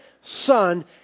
Son